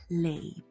play